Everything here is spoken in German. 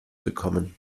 bekommen